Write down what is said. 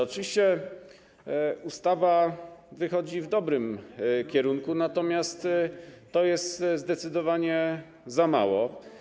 Oczywiście ustawa idzie w dobrym kierunku, natomiast to jest zdecydowanie za mało.